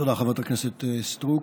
תודה, חברת הכנסת סטרוק.